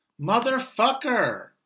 Motherfucker